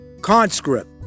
conscript